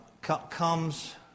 comes